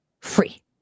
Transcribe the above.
free